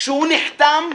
כשהוא נחתם,